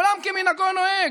עולם כמנהגו נוהג.